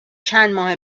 چندماه